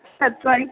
चत्वारि